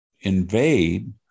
invade